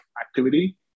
activity